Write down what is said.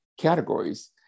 categories